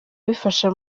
bifasha